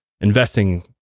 investing